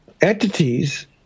Entities